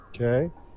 Okay